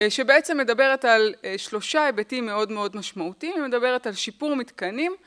שבעצם מדברת על שלושה היבטים מאוד מאוד משמעותיים, היא מדברת על שיפור מתקנים...